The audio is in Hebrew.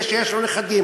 מי שיש לו נכדים,